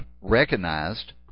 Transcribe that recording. recognized